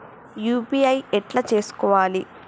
UPI ఎట్లా చేసుకోవాలి?